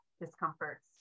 discomfort's